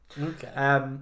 okay